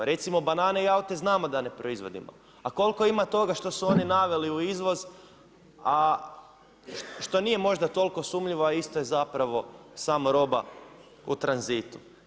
Recimo banane i aute znamo da ne proizvodimo, a koliko ima toga što su oni naveli u izvoz, a što nije možda toliko sumnjivo ali isto je samo roba u tranzitu.